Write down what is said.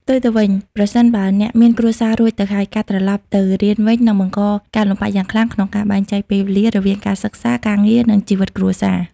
ផ្ទុយទៅវិញ ប្រសិនបើអ្នកមានគ្រួសាររួចហើយ ការត្រឡប់ទៅរៀនវិញនឹងបង្កការលំបាកយ៉ាងខ្លាំងក្នុងការបែងចែកពេលវេលា រវាងការសិក្សា ការងារ និងជីវិតគ្រួសារ។